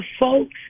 folks